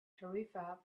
tarifa